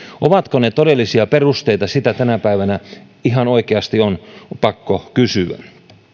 ovatko ne todellisia perusteita sitä tänä päivänä ihan oikeasti on pakko kysyä